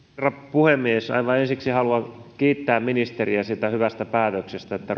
puhemies aivan ensiksi haluan kiittää ministeriä siitä hyvästä päätöksestä että